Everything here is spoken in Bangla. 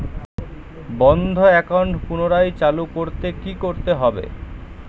বন্ধ একাউন্ট পুনরায় চালু করতে কি করতে হবে?